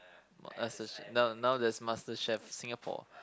Master Ch~ now now there's Master Chef Singapore